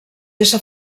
ésser